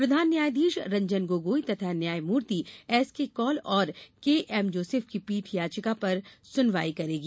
प्रधान न्यायाधीश रंजन गोगोई तथा न्यायमूर्ति एस के कौल और के एम जोसेफ की पीठ याचिका पर सुनवाई करेगी